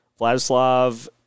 Vladislav